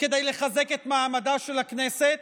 כדי לחזק את מעמדה של הכנסת.